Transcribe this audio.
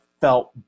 felt